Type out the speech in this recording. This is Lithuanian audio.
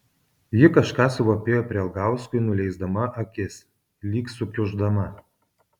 ji kažką suvapėjo prielgauskui nuleisdama akis lyg sukiuždama